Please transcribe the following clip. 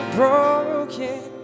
broken